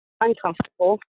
uncomfortable